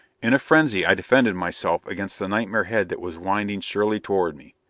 in a frenzy i defended myself against the nightmare head that was winding surely toward me.